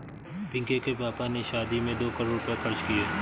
पिंकी के पापा ने शादी में दो करोड़ रुपए खर्च किए